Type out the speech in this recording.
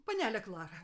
panele klara